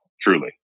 truly